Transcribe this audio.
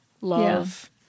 love